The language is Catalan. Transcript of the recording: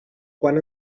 quant